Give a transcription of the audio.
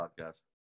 podcast